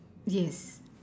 yes